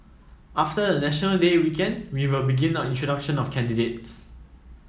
after the National Day weekend we will begin our introduction of candidates